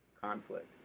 conflict